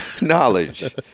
knowledge